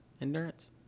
endurance